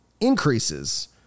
increases